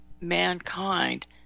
mankind